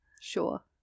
Sure